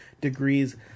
degrees